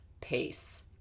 pace